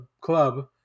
club